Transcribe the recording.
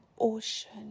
ocean